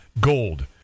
gold